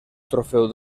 trofeu